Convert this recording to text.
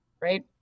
right